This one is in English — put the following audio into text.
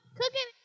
cooking